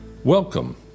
Welcome